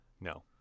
No